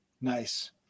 Nice